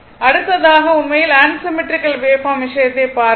அடுத்ததாக உண்மையில் unsymmetrical waveform விஷயத்தை பார்க்கவும்